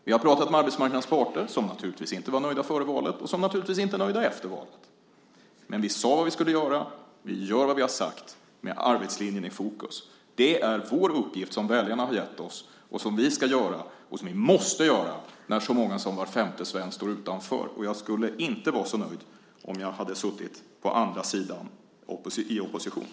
Vi har talat med arbetsmarknadens parter, som naturligtvis inte var nöjda före valet och som inte är nöjda efter valet. Vi sade vad vi skulle göra, och vi gör vad vi har sagt, med arbetslinjen i fokus. Det är vår uppgift som väljarna har gett oss. Det ska vi göra och måste göra när så många som var femte svensk står utanför. Jag skulle inte vara så nöjd om jag hade suttit på andra sidan i opposition.